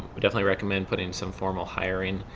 we definitely recommend putting some formal hiring